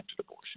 abortion